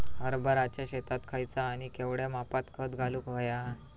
हरभराच्या शेतात खयचा आणि केवढया मापात खत घालुक व्हया?